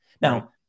Now